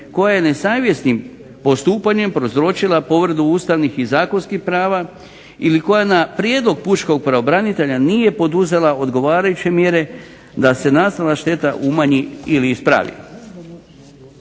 koja je nesavjesnim postupanjem prouzročila povredu ustavnih i zakonskih prava ili koja na prijedlog pučkog pravobranitelja nije poduzela odgovarajuće mjere da se nastala šteta umanji ili ispravi.